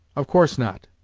of course not.